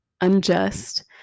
unjust